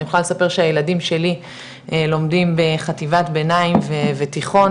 אני יכולה לספר שהילדים שלי לומדים בחטיבת ביניים ותיכון